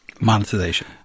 monetization